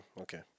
okay